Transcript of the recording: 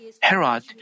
Herod